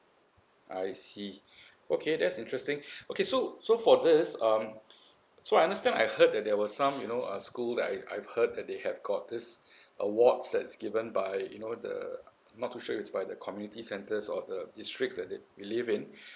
I see okay that's interesting okay so so for this um so I understand I heard that there was some you know uh school that I I've heard that they have got this awards that's given by you know the not too sure is by the community centers or the district that they we live in